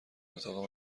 اتاق